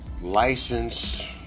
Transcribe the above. license